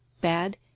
bad